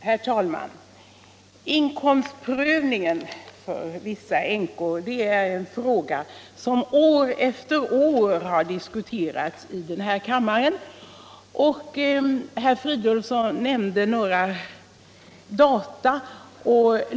Herr talman! Inkomstprövningen för vissa änkor är en fråga som år efter år har diskuterats i denna kammare. Herr Fridolfsson nämnde några data i sitt anförande.